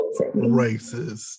racist